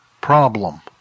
problem